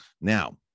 Now